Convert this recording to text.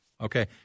Okay